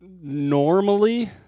normally